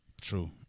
True